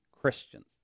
Christians